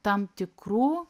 tam tikrų